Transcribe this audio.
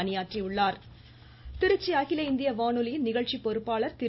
பணி ஓய்வு திருச்சி அகில இந்திய வானொலியின் நிகழ்ச்சி பொறுப்பாளர் திரு